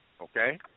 Okay